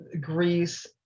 Greece